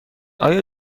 آیا